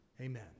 Amen